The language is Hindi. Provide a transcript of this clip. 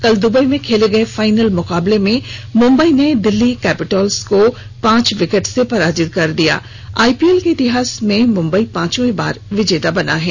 कल दुबई में खेले गए फाइनल मुकाबले में मुंबई ने दिल्ली कैपिटल्स को पांच विकेट से पराजित कर दिया आईपीएल के इतिहास में मुंबई पांचवी बार विजेता बना है